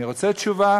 אני רוצה תשובה